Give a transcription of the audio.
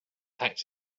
packed